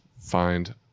find